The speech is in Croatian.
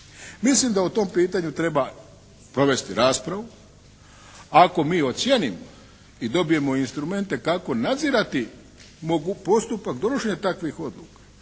Mislim da o tom pitanju treba provesti raspravu. Ako mi ocijenimo i dobijemo instrumente kako nadzirati postupak donošenja takvih odluka